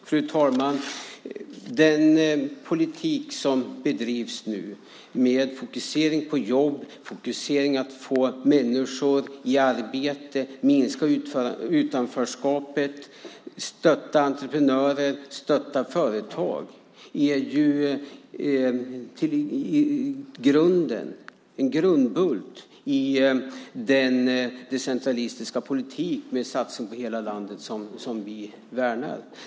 Fru talman! Den politik som bedrivs nu med fokusering på jobb, fokusering på att få människor i arbete, minska utanförskapet, stötta entreprenörer, stötta företag är en grundbult i den centralistiska politik med en satsning på hela landet som vi värnar.